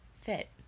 fit